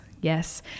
yes